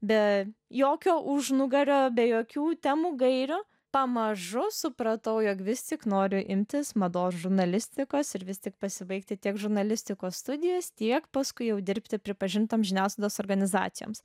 be jokio užnugario be jokių temų gairių pamažu supratau jog vis tik noriu imtis mados žurnalistikos ir vis tik pasibaigti tiek žurnalistikos studijas tiek paskui jau dirbti pripažintom žiniasklaidos organizacijoms